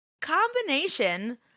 combination